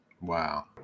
Wow